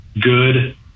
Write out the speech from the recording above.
good